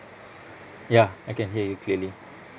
ya I can hear you clearly